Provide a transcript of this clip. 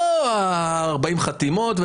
לא ה-40 חתימות.